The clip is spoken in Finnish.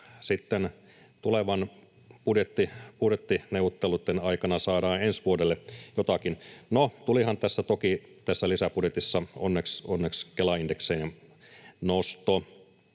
sitten tulevien budjettineuvotteluitten aikana saadaan ensi vuodelle jotakin? No, tulihan toki tässä lisäbudjetissa onneksi Kela-indeksiin nosto.